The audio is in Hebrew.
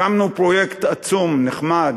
הקמנו פרויקט עצום, נחמד,